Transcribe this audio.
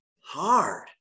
hard